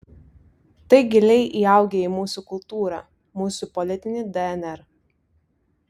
tai giliai įaugę į mūsų kultūrą mūsų politinį dnr